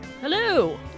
Hello